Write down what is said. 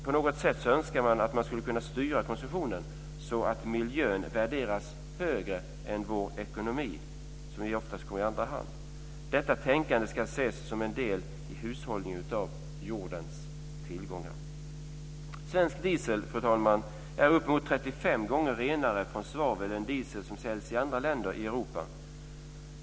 På något sätt önskar man att man skulle kunna styra konsumtionen så att miljön värderas högre än vår ekonomi. Detta tänkande ska ses som en del i hushållningen med jordens tillgångar. Fru talman! Svensk diesel är uppemot 35 gånger renare från svavel än diesel som säljs i andra länder i Europa.